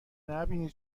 نبینی